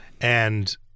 And-